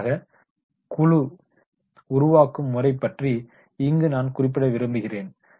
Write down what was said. இறுதியாக குழு உருவாக்கும் முறைப்பற்றி இங்கு நான் குறிப்பிட விரும்புகிறேன்